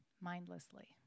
mindlessly